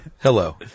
Hello